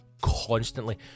constantly